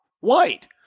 White